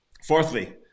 Fourthly